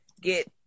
get